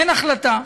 אין החלטה,